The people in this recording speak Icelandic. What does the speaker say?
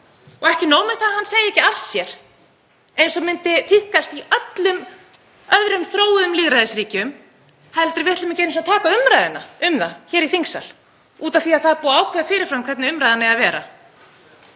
Og ekki nóg með það að hann segi ekki af sér eins og tíðkast í öllum öðrum þróuðum lýðræðisríkjum heldur ætlum við ekki einu sinni að taka umræðuna um það hér í þingsal af því að það er búið að ákveða fyrir fram hvernig umræðan eigi að vera.